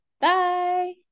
Bye